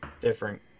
different